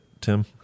Tim